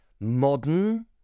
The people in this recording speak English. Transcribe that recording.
modern